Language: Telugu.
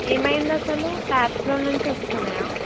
ఏమైంది అసలు ట్యాప్స్లో నుంచి వస్తున్నాయా